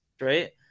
right